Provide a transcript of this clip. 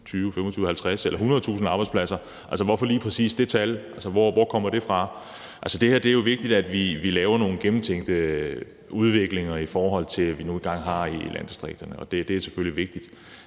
50.000 eller 100.000 arbejdspladser? Hvorfor lige præcis det tal? Hvor kommer det fra? Det er jo vigtigt, at vi laver nogle gennemtænkte udviklinger, i forhold til hvad vi nu engang har i landdistrikterne, og det er selvfølgelig også vigtigt,